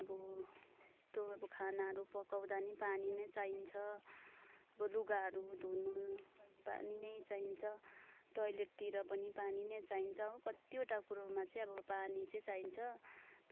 अब त्यो अब खानाहरू पकाउँदा पनि पानी नै चाहिन्छ अब लुगाहरू धुनु पानी नै चाहिन्छ टोयलेटतिर पनि पानी नै चाहिन्छ हो कतिवटा कुरोमा चाहिँ अब पानी चाहिँ चाहिन्छ